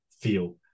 feel